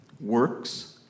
works